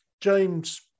James